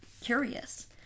Curious